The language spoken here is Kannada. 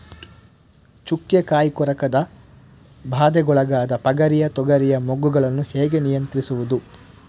ಚುಕ್ಕೆ ಕಾಯಿ ಕೊರಕದ ಬಾಧೆಗೊಳಗಾದ ಪಗರಿಯ ತೊಗರಿಯ ಮೊಗ್ಗುಗಳನ್ನು ಹೇಗೆ ನಿಯಂತ್ರಿಸುವುದು?